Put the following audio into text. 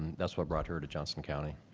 that's what brought her to johnson county.